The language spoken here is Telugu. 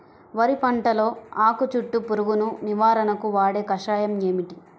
వరి పంటలో ఆకు చుట్టూ పురుగును నివారణకు వాడే కషాయం ఏమిటి?